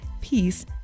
peace